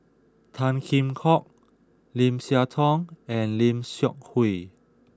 Tan Kheam Hock Lim Siah Tong and Lim Seok Hui